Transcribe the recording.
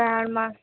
त हाणे मां